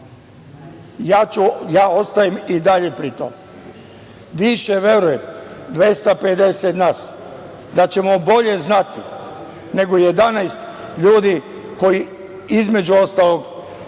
ja ostajem i dalje pri tome. Više verujem, 250 nas da ćemo bolje znati, nego 11 ljudi koji između ostalog